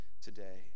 today